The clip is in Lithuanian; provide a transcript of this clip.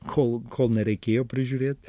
kol kol nereikėjo prižiūrėt